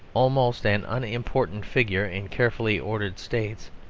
almost an unimportant figure in carefully ordered states,